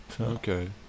Okay